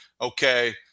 okay –